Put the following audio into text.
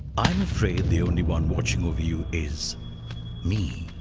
i'm afraid the only one watching over you is me.